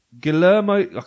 Guillermo